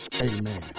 Amen